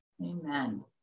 Amen